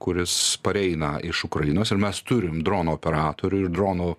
kuris pareina iš ukrainos ir mes turim dronų operatorių ir dronų